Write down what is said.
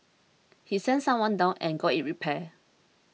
he sent someone down and got it repaired